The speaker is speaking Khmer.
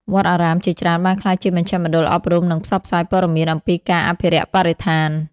វត្តអារាមជាច្រើនបានក្លាយជាមជ្ឈមណ្ឌលអប់រំ និងផ្សព្វផ្សាយព័ត៌មានអំពីការអភិរក្សបរិស្ថាន។